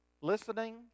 listening